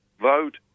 vote